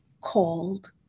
called